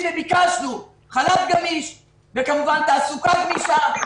וביקשנו חל"ת גמיש וכמובן תעסוקה גמישה,